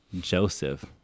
joseph